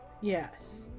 Yes